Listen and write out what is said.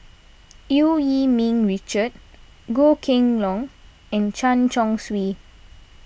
Eu Yee Ming Richard Goh Kheng Long and Chen Chong Swee